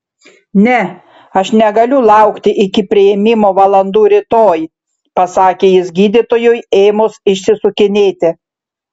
ne aš negaliu laukti iki priėmimo valandų rytoj pasakė jis gydytojui ėmus išsisukinėti